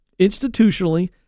Institutionally